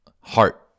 heart